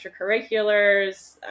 extracurriculars